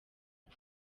and